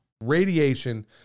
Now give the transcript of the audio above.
radiation